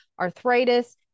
arthritis